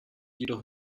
jedoch